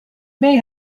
may